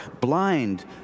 blind